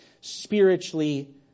Spiritually